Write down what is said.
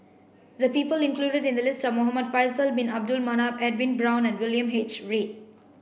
the people included in the list are Muhamad Faisal bin Abdul Manap Edwin Brown William H Read